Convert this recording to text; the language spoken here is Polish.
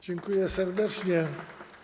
Dziękuję serdecznie.